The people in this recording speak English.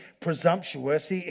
presumptuous